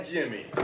Jimmy